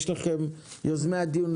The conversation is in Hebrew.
יוזמי הדיון,